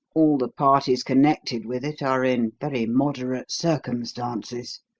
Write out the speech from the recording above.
all the parties connected with it are in very moderate circumstances.